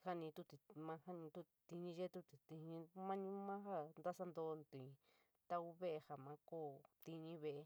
kinií yua ñtiñtutit maa ñtiñoti jatiñi yeetuñi intiiñ noun joo intsañtutit laou vele ñoo maa koo tiñií.